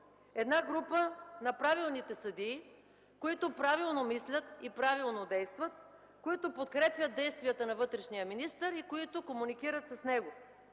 Едната група – на правилните съдии, които правилно мислят и правилно действат, които подкрепят действията на вътрешния министър и които комуникират с него.